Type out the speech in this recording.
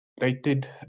rated